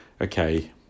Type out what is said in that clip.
okay